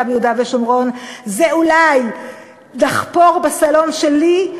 מיהודה ושומרון זה אולי דחפור בסלון שלי,